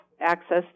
access